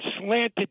slanted